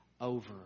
over